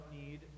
need